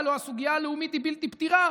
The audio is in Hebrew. הלוא הסוגיה הלאומית היא בלתי פתירה.